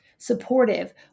supportive